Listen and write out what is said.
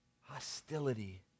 Hostility